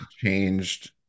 changed